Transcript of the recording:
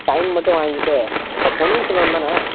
sign மட்டும் வாங்கிட்டு இப்போ பொன்னியின் செல்வன் தானே